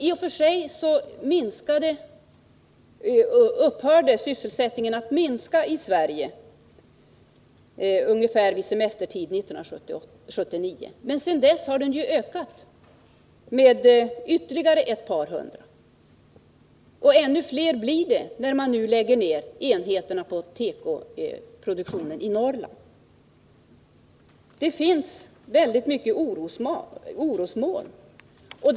I och för sig upphörde sysselsättningen på tekoområdet i Sverige att minska ungefär vid semesterperioden 1979, men sedan dess har den ju minskat med ett par hundra. Och ännu fler blir det när man nu lägger ner enheter inom tekoproduktionen i Norrland. Det finns väldigt mycket orosmoln.